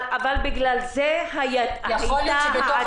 יכול להיות שבתוך ה- -- אבל בגלל זה הייתה העתירה.